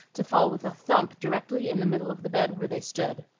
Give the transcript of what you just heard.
to fall with a thump directly in the middle of the bed where they stood.